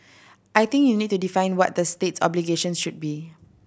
I think you need to define what the state's obligations should be